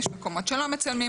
יש מקומות שלא מצלמים בהם.